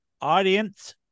audience